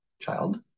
child